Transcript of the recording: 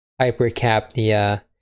hypercapnia